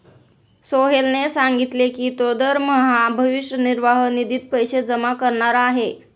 सोहेलने सांगितले की तो दरमहा भविष्य निर्वाह निधीत पैसे जमा करणार आहे